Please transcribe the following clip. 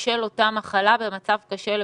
יש לכם את אותה עקומה לראות איך לאורך השבועות יש לנו